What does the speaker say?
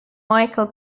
michael